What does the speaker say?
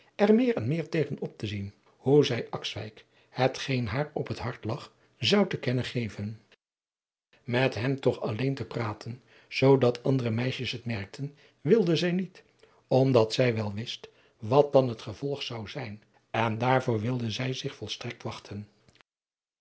er meer en meer tegenop te zien hoe zij akswijk hetgeen haar op het hart lag zou te kennen geven met hem toch alleen te praten zoodat andere meisjes het merkten wilde zij niet omdat zij wel wist wat dan het gevolg zou zijn en daarvoor wilde zij zich volstrekt wachten